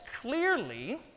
clearly